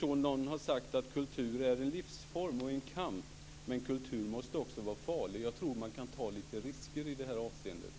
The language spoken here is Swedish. Någon har sagt att kultur är en livsform och en kamp, men kultur måste också vara farlig. Jag tror att man kan ta lite risker i det här avseendet.